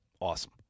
awesome